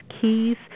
keys